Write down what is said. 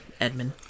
Edmund